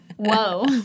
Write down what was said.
Whoa